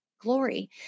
glory